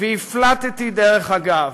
והפלטתי דרך אגב,